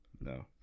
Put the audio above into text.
no